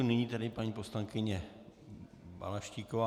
Nyní tedy paní poslankyně Balaštíková.